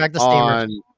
on